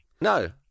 No